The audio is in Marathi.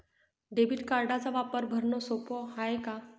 डेबिट कार्डचा वापर भरनं सोप हाय का?